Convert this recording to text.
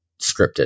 scripted